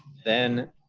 then